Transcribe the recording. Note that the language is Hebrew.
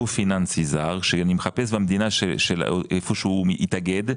גוף פיננסי זר שאני מחפש במדינה בה הוא התאגד,